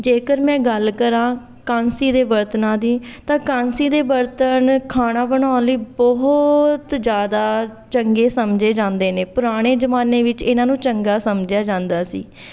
ਜੇਕਰ ਮੈਂ ਗੱਲ ਕਰਾਂ ਕਾਂਸੀ ਦੇ ਬਰਤਨਾਂ ਦੀ ਤਾਂ ਕਾਂਸੀ ਦੇ ਬਰਤਨ ਖਾਣਾ ਬਣਾਉਣ ਲਈ ਬਹੁਤ ਜ਼ਿਆਦਾ ਚੰਗੇ ਸਮਝੇ ਜਾਂਦੇ ਨੇ ਪੁਰਾਣੇ ਜ਼ਮਾਨੇ ਵਿੱਚ ਇਹਨਾਂ ਨੂੰ ਚੰਗਾ ਸਮਝਿਆ ਜਾਂਦਾ ਸੀ